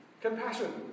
Compassion